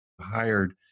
hired